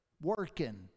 working